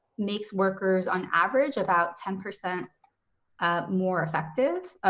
makes workers on average about ten percent ah more effective,